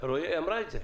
אלרעי אמרה את זה